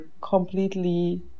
completely